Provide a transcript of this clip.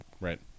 right